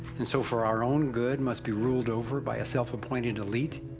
and so, for our own good, must be ruled over by a self appointed elite?